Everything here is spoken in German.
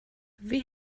wie